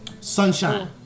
sunshine